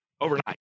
overnight